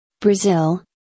Brazil